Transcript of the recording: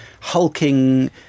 hulking